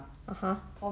(uh huh)